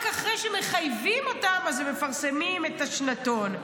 אחרי שמחייבים אותם אז הם מפרסמים את השנתון.